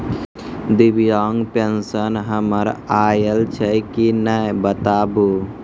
दिव्यांग पेंशन हमर आयल छै कि नैय बताबू?